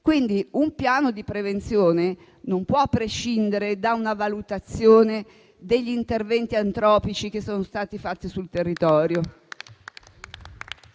Un piano di prevenzione, quindi non può prescindere da una valutazione degli interventi antropici che sono stati fatti sul territorio.